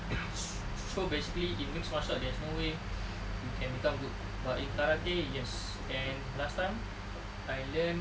so basically in mixed martial art there's no way you can become good but in karate yes and last time I learn